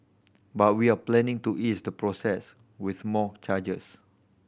but we are planning to ease the process with more changes